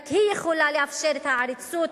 רק היא יכולה לאפשר את העריצות,